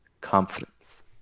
confidence